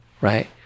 right